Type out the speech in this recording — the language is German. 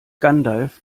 gandalf